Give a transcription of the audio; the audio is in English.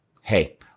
hey